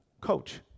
coach